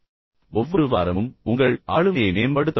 ஒவ்வொரு வாரமும் உங்கள் ஆளுமையை மேம்படுத்த முயற்சிக்கவும்